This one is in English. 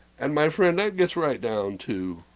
and my friend, that gets right down to